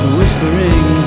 Whispering